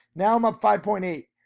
now i'm up five point eight.